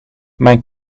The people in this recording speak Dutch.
mijn